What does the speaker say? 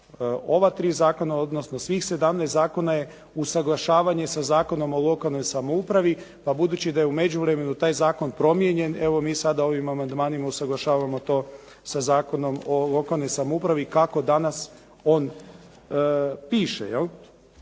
ova tri zakona, odnosno svih 17 zakona je usuglašavanje sa Zakonom o lokalnoj samoupravi. Pa budući da je u međuvremenu taj zakon promijenjen evo mi sada ovim amandmanima usuglašavamo to sa Zakonom o lokalnoj samoupravi kako danas on piše,